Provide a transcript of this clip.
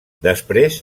després